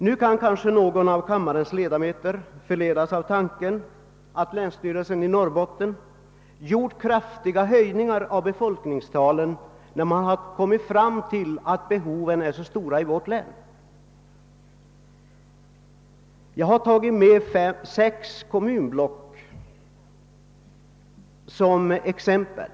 Någon av kammarens ledamöter tror kanske att länsstyrelsen i Norrbotten kraftigt höjt befolkningstalen, eftersom man kommit fram till att behoven är så stora i vårt län. Jag har tagit sex kommunblock som exempel.